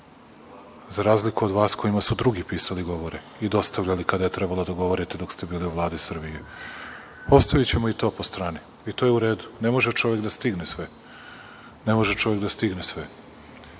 za razliku od vas kojima su drugi pisali govore i dostavljali kada je trebalo da govorite dok ste bili u Vladi Srbije. Ostavićemo i to po strani i to je u redu. Ne može čovek da stigne sve. Govorite o